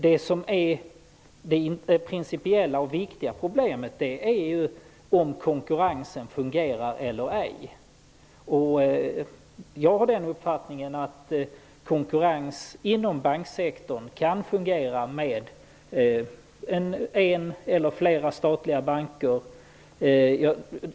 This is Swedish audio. Det som är det principiella och viktiga är om konkurrensen fungerar eller ej. Jag har den uppfattningen att konkurrensen inom banksektorn kan fungera med en eller flera statliga banker.